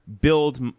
build